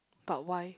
but why